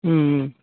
మ్మ్